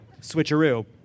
switcheroo